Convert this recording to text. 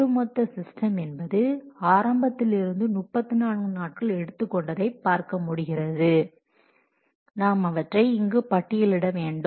ஒட்டு மொத்த சிஸ்டம் என்பது ஆரம்பத்தில் இருந்து 34 நாட்கள் எடுத்துக் கொண்டதை பார்க்க முடிகிறது நாம் அவற்றை இங்கு பட்டியலிட வேண்டும்